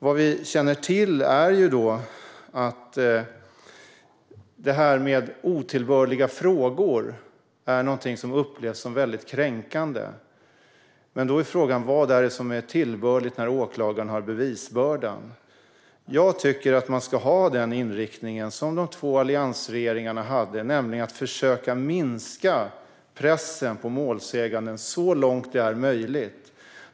Vad vi känner till är att det här med otillbörliga frågor upplevs som väldigt kränkande. Men då är frågan: Vad är tillbörligt när åklagaren har bevisbördan? Jag tycker att man ska ha den inriktning som de två alliansregeringarna hade, nämligen att försöka minska pressen på målsäganden så långt det är möjligt.